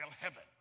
heaven